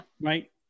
Right